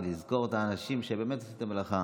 ולזכור את האנשים שבאמת עושים את המלאכה.